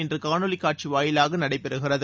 இன்று காணொலிக் காட்சி வாயிலாக நடைபெறுகிறது